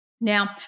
Now